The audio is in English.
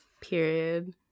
period